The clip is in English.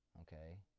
okay